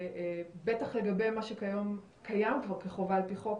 בטח לגבי מה שכיום קיים כבר כחובה על פי חוק,